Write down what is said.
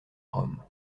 rome